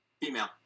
Female